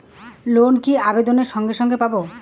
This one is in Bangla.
লোন কি আবেদনের সঙ্গে সঙ্গে পাব?